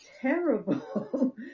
terrible